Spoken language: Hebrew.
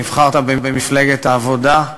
נבחרת במפלגת העבודה,